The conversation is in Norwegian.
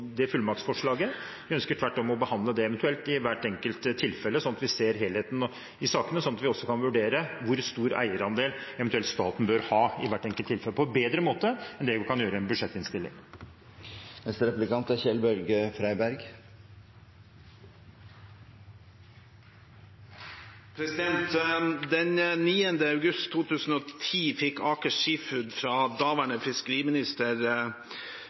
det fullmaktforslaget. Vi ønsker tvert om eventuelt å behandle det i hvert enkelt tilfelle, slik at vi ser helheten i sakene, og slik at vi også kan vurdere hvor stor eierandel staten eventuelt bør ha i hvert enkelt tilfelle, på en bedre måte enn det vi kan gjøre i en budsjettinnstilling. Den 9. august 2010 fikk Aker Seafoods fra daværende fiskeriminister